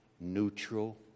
neutral